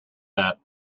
that